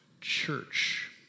church